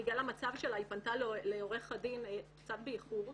בגלל המצב שלה, היא פנתה לעורך הדין קצת באיחור,